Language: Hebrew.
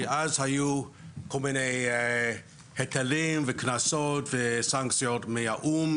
כי אז היו כל מיני היטלים וקנסות וסנקציות מהאו"ם,